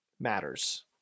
matters